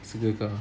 suka kau